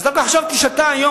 אז דווקא חשבתי שאתה היום,